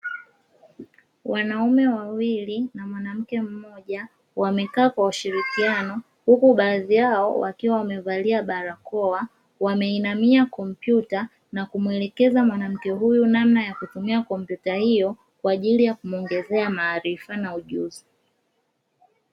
Wanaume wawili na mwanamke mmoja wamekaa kwa ushiriakiano, huku baadhi yao wamevalia barakoa wameinamia kompyuta na kumuelekeza mwanamke huyu namna ya kutumia kompyuta hio kwa ajili ya kumuongezea maarifa na ujuzi.